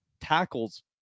tackles